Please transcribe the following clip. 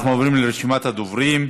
אנחנו עוברים לרשימת הדוברים: